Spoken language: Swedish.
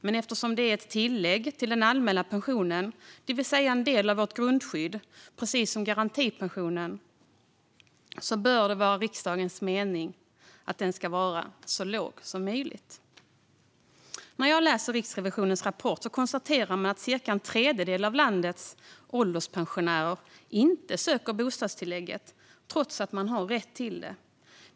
Men eftersom det är ett tillägg till den allmänna pensionen, det vill säga en del av vårt grundskydd precis som garantipensionen, bör det vara riksdagens mening att det ska vara så lågt som möjligt. När jag läser Riksrevisionens rapport ser jag att man konstaterar att cirka en tredjedel av landets ålderspensionärer inte söker bostadstillägget trots att de har rätt till det.